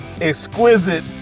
exquisite